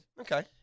Okay